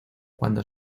cuando